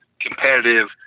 competitive